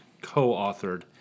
co-authored